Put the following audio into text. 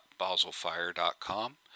baselfire.com